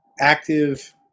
active